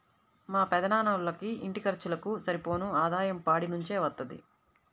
మా పెదనాన్నోళ్ళకి ఇంటి ఖర్చులకు సరిపోను ఆదాయం పాడి నుంచే వత్తది